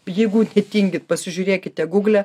jeigu netingit pasižiūrėkite gugle